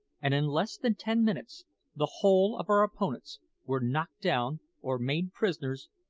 and in less than ten minutes the whole of our opponents were knocked down or made prisoners,